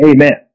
Amen